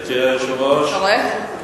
גברתי היושבת-ראש,